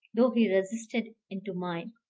though he resisted, into mine.